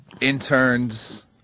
Interns